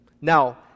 Now